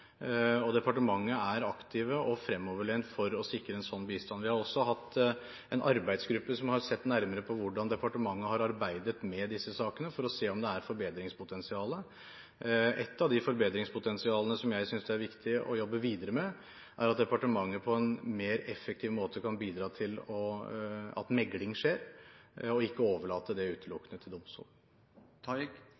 og departementet er aktivt og fremoverlent for å sikre en sånn bistand. Vi har også hatt en arbeidsgruppe som har sett nærmere på hvordan departementet har arbeidet med disse sakene, for å se om det er forbedringspotensial. Et av forbedringspotensialene som jeg synes det er viktig å jobbe videre med, er at departementet på en mer effektiv måte kan bidra til at megling skjer, og at man ikke overlater det